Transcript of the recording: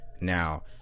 now